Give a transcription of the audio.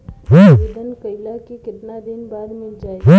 आवेदन कइला के कितना दिन बाद मिल जाई?